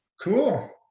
Cool